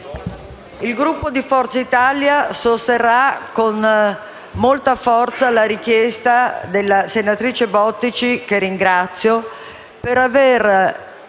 il Gruppo di Forza Italia sosterrà con molta forza la richiesta della senatrice Bottici, che ringrazio per avere